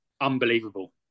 unbelievable